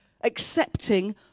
accepting